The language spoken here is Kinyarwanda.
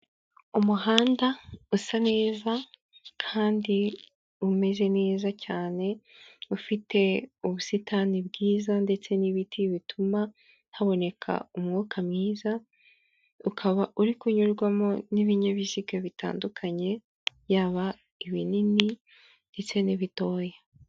Umuhanda usa neza kandi umeze neza cyane, ufite ubusitani bwiza ndetse n'ibiti bituma haboneka umwuka mwiza, ukaba uri kunyurwamo n'ibinyabiziga bitandukanye yaba ibinini ndetse n'ibitoya.